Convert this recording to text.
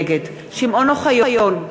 נגד שמעון אוחיון,